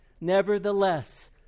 Nevertheless